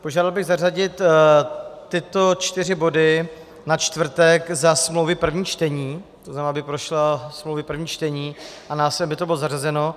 Požádal bych zařadit tyto čtyři body na čtvrtek za smlouvy v prvním čtení, to znamená, aby prošla smlouvy první čtení a následně, aby to bylo zařazeno.